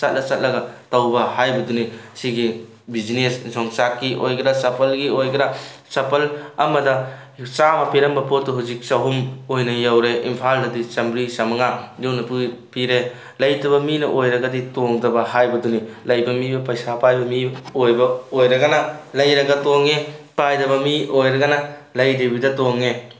ꯆꯠꯂ ꯆꯠꯂꯒ ꯇꯧꯕ ꯍꯥꯏꯕꯗꯨꯅꯤ ꯁꯤꯒꯤ ꯕꯤꯖꯤꯅꯦꯁ ꯌꯣꯡꯆꯥꯛꯀꯤ ꯑꯣꯏꯒꯦꯔꯥ ꯆꯄꯜꯒꯤ ꯑꯣꯏꯒꯦꯔꯥ ꯆꯄꯜ ꯑꯃꯗ ꯆꯥꯃ ꯄꯤꯔꯝꯕ ꯄꯣꯠꯇꯣ ꯍꯧꯖꯤꯛ ꯆꯍꯨꯝ ꯑꯣꯏꯅ ꯌꯧꯔꯦ ꯏꯝꯐꯥꯜꯗꯗꯤ ꯆꯥꯃꯔꯤ ꯆꯃꯉꯥ ꯌꯧꯅ ꯄꯤꯔꯦ ꯂꯩꯇꯕ ꯃꯤꯅ ꯑꯣꯏꯔꯒꯗꯤ ꯇꯣꯡꯗꯕ ꯍꯥꯏꯕꯗꯨꯅꯤ ꯂꯩꯕ ꯃꯤꯅ ꯄꯩꯁꯥ ꯄꯥꯏꯕ ꯃꯤ ꯑꯣꯏꯕ ꯑꯣꯏꯔꯒꯅ ꯂꯩꯔꯒ ꯇꯣꯡꯉꯦ ꯄꯥꯏꯗꯕ ꯃꯤ ꯑꯣꯏꯔꯒꯅ ꯂꯩꯗꯕꯤꯗ ꯇꯣꯡꯉꯦ